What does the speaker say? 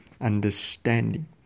understanding